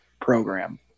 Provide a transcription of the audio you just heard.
program